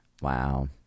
Wow